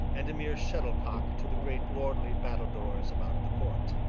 and a mere shuttlecock to the great lordly battledores about the court.